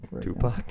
Tupac